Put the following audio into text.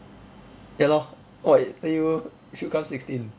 ya lor orh eh you you should come sixteen